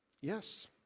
Yes